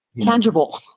tangible